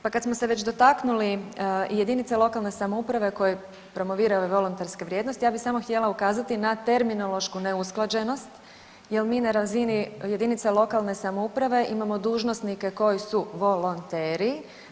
Pa kad smo se već dotaknuli i jedinice lokalne samouprave koje promoviraju volonterske vrijednosti, ja bih samo htjela ukazati na terminološku neusklađenost jer mi na razini jedinice lokalne samouprave imamo dužnosnike koji su volonteri.